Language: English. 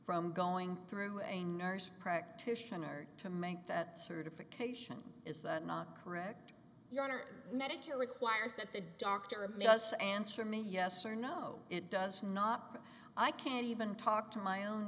from going through a nurse practitioner to make that certification is that not correct your honor medical requires that the doctor just answer me yes or no it does not i can't even talk to my own